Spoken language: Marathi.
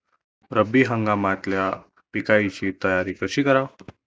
रब्बी हंगामातल्या पिकाइची तयारी कशी कराव?